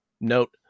Note